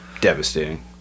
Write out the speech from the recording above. devastating